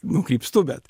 nukrypstu bet